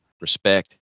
Respect